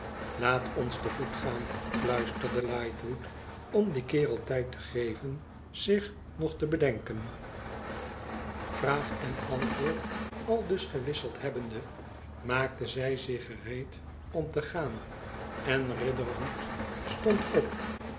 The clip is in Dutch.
laat ons te voet gaan fluisterde lightwood tom dien kerel tijd te geven zich nog te bedenken vraag en antwoord aldus gewisseld hebbende maakten zij zich gereed om te gaan en riderhood stond op